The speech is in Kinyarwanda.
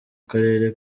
karere